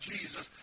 Jesus